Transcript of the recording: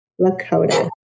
Lakota